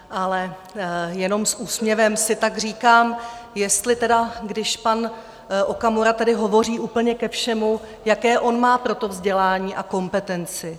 Ale jenom s úsměvem si tak říkám, jestli tedy, když pan Okamura tady hovoří úplně ke všemu, jaké on má pro to vzdělání a kompetenci.